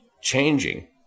changing